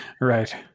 Right